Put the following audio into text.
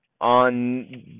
On